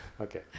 Okay